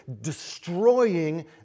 destroying